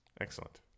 Excellent